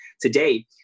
today